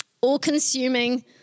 All-consuming